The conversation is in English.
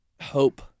hope